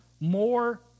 more